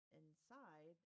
inside